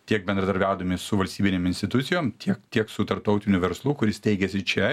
tiek bendradarbiaudami su valstybinėm institucijom tiek tiek su tarptautiniu verslu kuris steigiasi čia